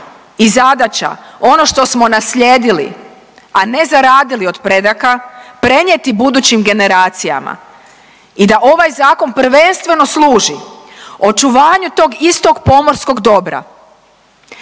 i zadaća, ono što smo naslijedili, a ne zaradili od predaka, prenijeti budućim generacijama i da ovaj zakon prvenstveno služi očuvanju tog istog pomorskog dobra.